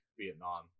Vietnam